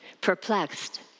perplexed